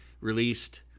released